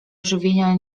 ożywienia